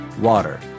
Water